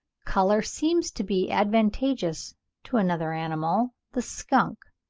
colour seems to be advantageous to another animal, the skunk,